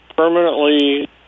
Permanently